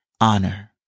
honor